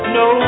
no